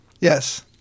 Yes